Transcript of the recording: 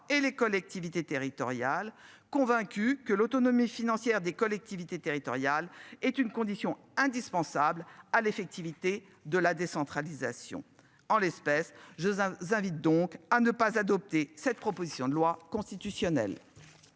et les collectivités territoriales, convaincu que l'autonomie financière des collectivités territoriales est une condition indispensable à l'effectivité de la décentralisation en l'espèce, je vous invite donc à ne pas adopter cette proposition de loi constitutionnelle.